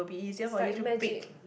it's like magic